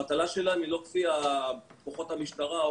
המטלה שלהם היא לא של כוחות המשטרה או